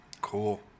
cool